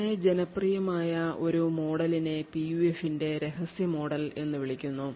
വളരെ ജനപ്രിയമായ ഒരു മോഡലിനെ PUF ന്റെ രഹസ്യ മോഡൽ എന്ന് വിളിക്കുന്നു